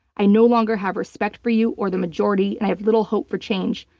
i no longer have respect for you or the majority and i have little hope for change.